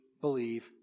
believe